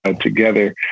together